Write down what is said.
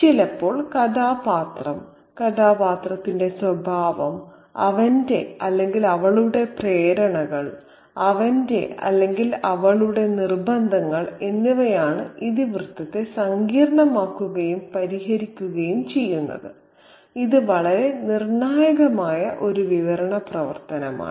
ചിലപ്പോൾ കഥാപാത്രം കഥാപാത്രത്തിന്റെ സ്വഭാവം അവന്റെ അല്ലെങ്കിൽ അവളുടെ പ്രേരണകൾ അവന്റെ അല്ലെങ്കിൽ അവളുടെ നിർബന്ധങ്ങൾ എന്നിവയാണ് ഇതിവൃത്തത്തെ സങ്കീർണ്ണമാക്കുകയും പരിഹരിക്കുകയും ചെയ്യുന്നത് ഇത് വളരെ നിർണായകമായ ഒരു വിവരണ പ്രവർത്തനമാണ്